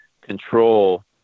control